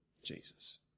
Jesus